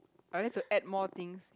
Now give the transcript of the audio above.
unless you add more things